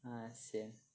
!aiya! sian